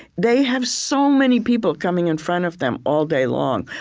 they have so many people coming in front of them all day long,